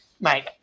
mate